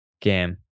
game